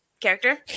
character